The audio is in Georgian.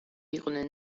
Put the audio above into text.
იყვნენ